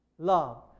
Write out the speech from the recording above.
Love